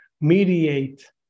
mediate